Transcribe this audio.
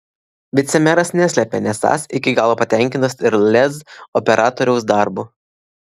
vicemeras neslepia nesąs iki galo patenkintas ir lez operatoriaus darbu